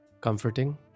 Comforting